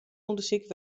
ûndersyk